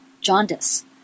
jaundice